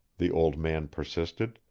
the old man persisted.